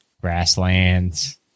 grasslands